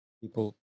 people